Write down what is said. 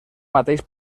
mateix